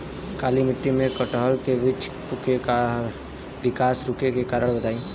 काली मिट्टी में कटहल के बृच्छ के विकास रुके के कारण बताई?